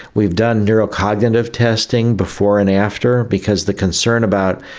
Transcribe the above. we've done neurocognitive testing before and after because the concern about,